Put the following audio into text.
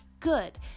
good